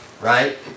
right